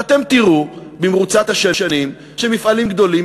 ואתם תראו במרוצת השנים שמפעלים גדולים,